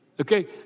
Okay